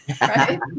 right